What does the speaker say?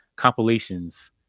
Compilations